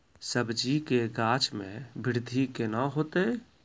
सब्जी के गाछ मे बृद्धि कैना होतै?